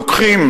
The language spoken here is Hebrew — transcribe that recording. לוקחים,